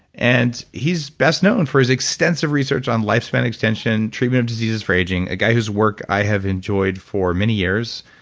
and he's best known for his extensive research on lifespan extension, treatment of diseases for aging. a guy who's work i have enjoyed for many years,